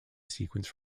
sequence